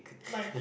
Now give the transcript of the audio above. my